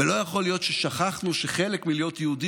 ולא יכול להיות ששכחנו שחלק מלהיות יהודי